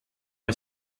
est